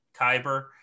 Kyber